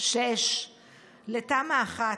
6 לתמ"א 1,